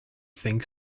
think